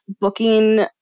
booking